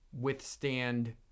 withstand